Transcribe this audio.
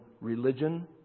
religion